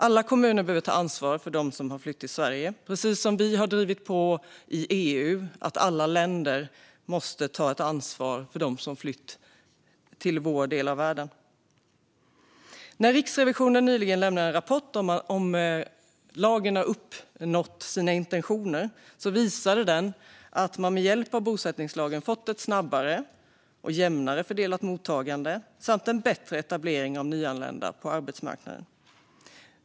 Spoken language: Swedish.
Alla kommuner behöver ta ansvar för dem som flytt till Sverige, precis som vi drivit på i EU för att alla länder ska ta ett ansvar för dem som flytt till vår del av världen. Riksrevisionen lämnade nyligen en rapport om huruvida bosättningslagen har levt upp till intentionerna. Den visar att man med hjälp av lagen fått ett snabbare och jämnare fördelat mottagande och en bättre etablering av nyanlända på arbetsmarknaden.